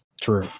true